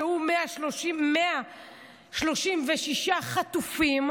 שהוא 136 חטופים,